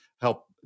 help